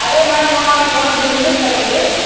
अरे मैम वहाँ मे कौनो बिजनेस करेंगे